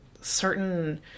certain